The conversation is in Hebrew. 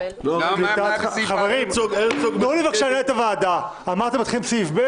הצעת חוק לקליטת חיילים משוחררים (הוראת שעה נגיף הקורונה החדש),